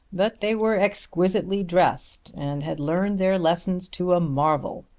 but they were exquisitely dressed and had learned their lessons to a marvel.